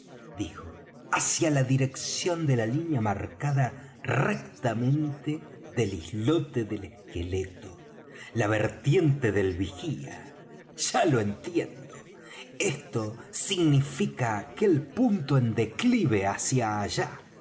dijo hacia la dirección de la línea marcada rectamente del islote del esqueleto la vertiente del vigía ya lo entiendo esto significa aquel punto en declive hacia allá